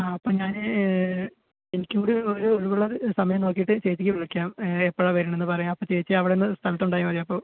ആ അപ്പം ഞാൻ എനിക്കൂടെ കുറച്ചൂടെ ഒരു ഒഴിവുള്ള ഒരു സമയം നോക്കിയിട്ട് ചേച്ചിക്ക് വിളിക്കാം എപ്പഴാണ് വരുന്നതെന്ന് പറയാം അപ്പോൾ ചേച്ചി അവടന്ന് സ്ഥലത്തുണ്ടായാൽ മതി അപ്പോൾ